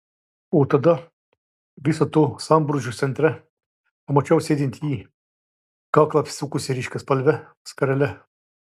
o tada viso to sambrūzdžio centre pamačiau sėdint jį kaklą apsisukusį ryškiaspalve skarele